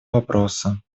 вопроса